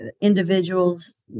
individuals